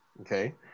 okay